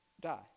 die